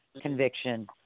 conviction